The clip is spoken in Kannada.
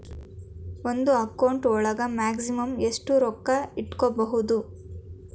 ಒಂದು ಅಕೌಂಟ್ ಒಳಗ ಮ್ಯಾಕ್ಸಿಮಮ್ ಎಷ್ಟು ರೊಕ್ಕ ಇಟ್ಕೋಬಹುದು?